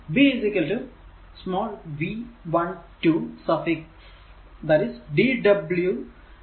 b small v V12 suffix d w dq